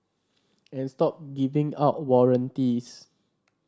and stop giving out warranties